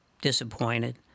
disappointed